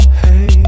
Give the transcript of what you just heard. hey